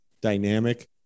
dynamic